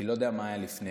אני לא יודע מה היה לפני.